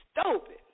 stupid